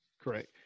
Correct